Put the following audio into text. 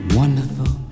wonderful